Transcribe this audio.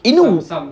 you know